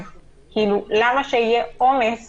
אז למה שיהיה עומס